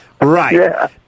Right